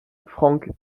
franck